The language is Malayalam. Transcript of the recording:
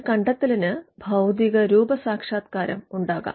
ഒരു കണ്ടെത്തലിന് ഭൌതികരൂപസാക്ഷാത്കാരം ഉണ്ടാകാം